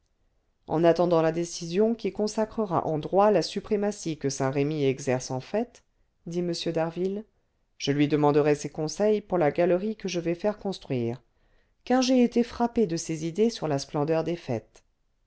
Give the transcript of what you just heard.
en attendant la décision qui consacrera en droit la suprématie que saint-remy exerce en fait dit m d'harville je lui demanderai ses conseils pour la galerie que je vais faire construire car j'ai été frappé de ses idées sur la splendeur des fêtes